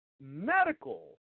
medical